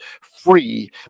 free